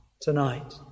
tonight